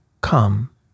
come